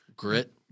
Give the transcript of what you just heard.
Grit